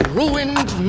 ruined